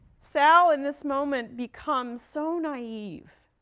sal in this moment becomes so naive,